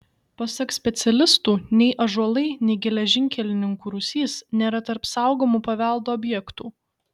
pasak specialistų nei ąžuolai nei geležinkelininkų rūsys nėra tarp saugomų paveldo objektų